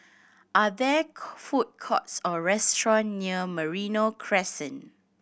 are there food courts or restaurants near Merino Crescent